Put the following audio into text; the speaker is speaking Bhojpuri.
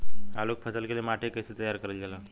आलू क फसल के लिए माटी के कैसे तैयार करल जाला?